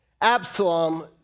Absalom